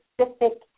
specific